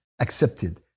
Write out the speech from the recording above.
accepted